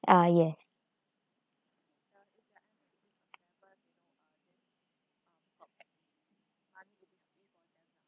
ah yes